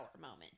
moment